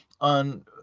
on